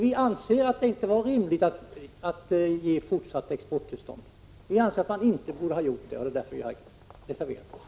Vi anser att det inte var rimligt att ge fortsatt exporttillstånd. Vi anser att man inte borde ha gjort det — det är därför vi har reserverat oss.